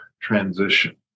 transition